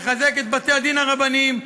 נחזק את בתי-הדין הרבניים,